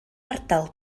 ardal